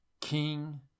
King